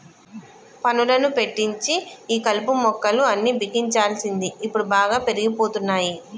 పనులను పెట్టించి ఈ కలుపు మొక్కలు అన్ని బిగించాల్సింది ఇప్పుడు బాగా పెరిగిపోతున్నాయి